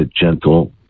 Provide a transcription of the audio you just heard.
gentle